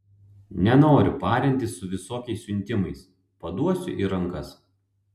nenoriu parintis su visokiais siuntimais paduosiu į rankas